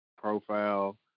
profile